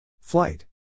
Flight